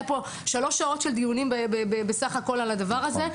היו פה דיונים שנמשכו שלוש שעות על הדבר הזה.